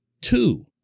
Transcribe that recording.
Two